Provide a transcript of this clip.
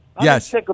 Yes